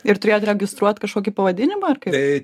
ir turėjot registruot kažkokį pavadinimą ar kaip